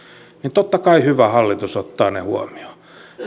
totta kai hyvä hallitus ottaa ne huomioon